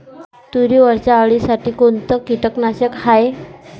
तुरीवरच्या अळीसाठी कोनतं कीटकनाशक हाये?